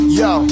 yo